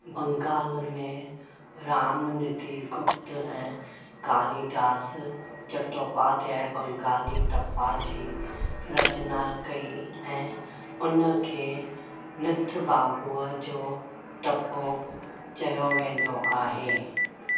बंगाल में रामनिधि गुप्त ऐं कालिदास चट्टोपाध्याय बंगाली टप्पा जी रचना कई ऐं उनखे निथ बाबूअ जो टपो चयो वेंदो आहे